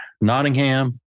Nottingham